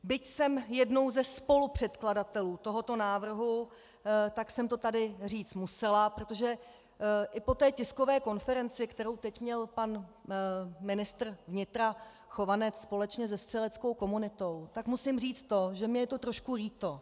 Byť jsem jednou ze spolupředkladatelů tohoto návrhu, tak jsem to tady říct musela, protože po té tiskové konferenci, kterou teď měl pan ministr vnitra Chovanec společně se střeleckou komunitou, tak musím říct to, že mi je to trošku líto.